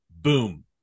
boom